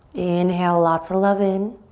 inhale lots of love in.